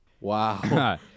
wow